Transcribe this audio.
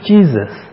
Jesus